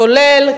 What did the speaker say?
כולל,